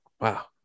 wow